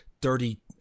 dirty